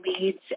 leads